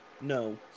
No